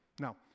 Now